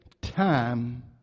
time